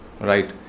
Right